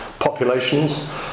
Populations